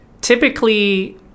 typically